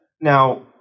now